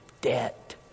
debt